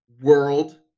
World